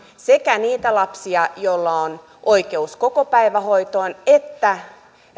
sekä niitä lapsia joilla on oikeus kokopäivähoitoon että